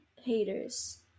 haters